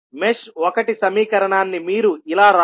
mesh 1 సమీకరణాన్ని మీరు ఇలా వ్రాయవచ్చు